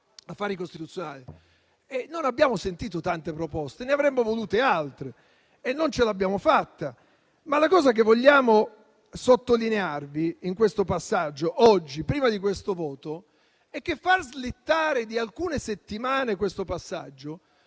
affari costituzionali non abbiamo sentito tante proposte. Ne avremmo volute altre e non ce l'abbiamo fatta. Ma la cosa che vogliamo sottolinearvi oggi, prima del voto, è che far slittare di alcune settimane questo passaggio